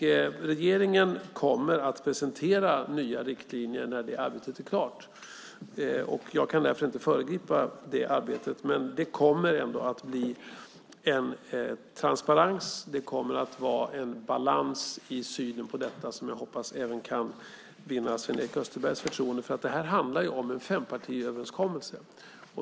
Regeringen kommer att presentera nya riktlinjer när det arbetet är klart. Jag kan därför inte föregripa det arbetet, men det kommer ändå att bli en transparens. Det kommer att vara en balans i synen på detta som jag hoppas även kan vinna Sven-Erik Österbergs förtroende, för det här handlar ju om en fempartiöverenskommelse.